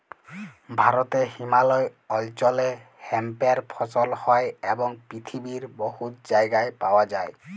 ভারতে হিমালয় অল্চলে হেম্পের ফসল হ্যয় এবং পিথিবীর বহুত জায়গায় পাউয়া যায়